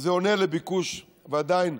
שזה עונה על הביקוש, ועדיין,